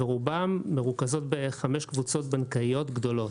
ורובם מרוכזים בחמש קבוצות בנקאיות גדולות.